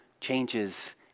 changes